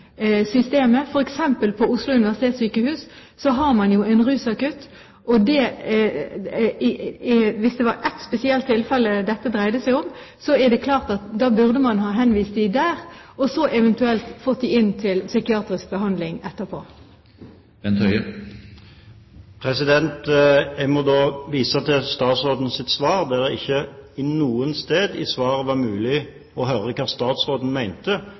systemet, f.eks. til Oslo universitetssykehus, hvor man har en rusakutt. Hvis dette hadde dreid seg om ett spesielt tilfelle, er det klart at da burde man ha henvist vedkommende dit og så eventuelt til psykiatrisk behandling etterpå. Jeg må vise til statsrådens svar, der det ikke var mulig å høre hva statsråden mente. Statsråden viste konsekvent til hva professor Syse mente, og hva Helse Sør-Øst mente. Min intensjon med spørsmålet var å få vite hva statsråden